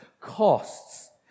costs